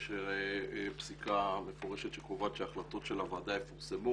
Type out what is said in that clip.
יש פסיקה מפורשת שקובעת שההחלטות של הוועדה יפורסמו